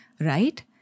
Right